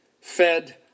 fed